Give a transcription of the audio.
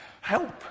Help